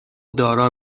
دارا